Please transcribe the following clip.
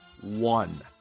one